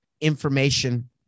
information